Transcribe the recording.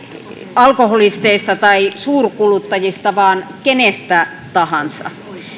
alkoholisteista tai suurkuluttajista vaan kenestä tahansa